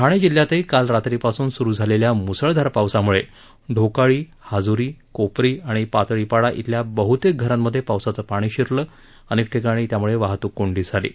ठाणे जिल्ह्यातही काल रात्री पासून सुरू झालेल्या मुसळधार पावसामुळे ढोकाळी हाज्री कोपरी आणि पातळीपाडा इथल्या बहतेक घरांमधे पावसाचं पाणी शिरलं असून अनेक ठिकाणी वाहतूक कोंडी झाली आहे